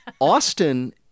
Austin